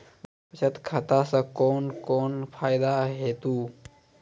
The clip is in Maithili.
बचत खाता सऽ कून कून फायदा हेतु?